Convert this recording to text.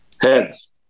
Heads